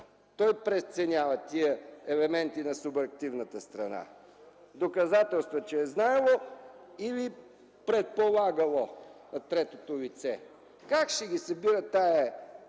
Той преценява тези елементи на субективната страна – доказателства, че е знаело или предполагало третото лице. Как ще ги събира тази